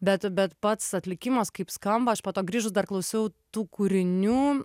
bet bet pats atlikimas kaip skamba aš po to grįžus dar klausiau tų kūrinių